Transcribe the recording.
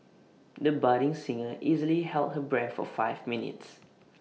the budding singer easily held her breath for five minutes